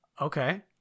okay